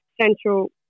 Central